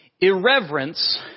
Irreverence